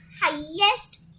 highest